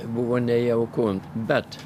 buvo nejauku bet